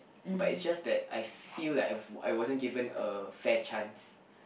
but is just that I feel like I I wasn't given a fair chance